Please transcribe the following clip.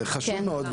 זה חשוב מאוד,